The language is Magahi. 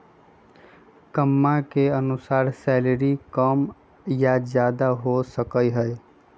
कम्मा के अनुसार सैलरी कम या ज्यादा हो सका हई